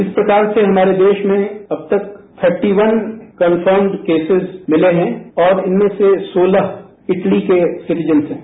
इस प्रकार से हमारे देश में अब तक थर्टीवन कन्फर्म केसेज मिले हैं और इनमें से सोलह इटली के सिटीजन्स हैं